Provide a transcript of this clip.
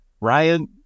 Ryan